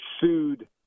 sued